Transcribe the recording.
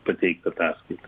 pateikt ataskaitą